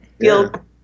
feel